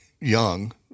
Young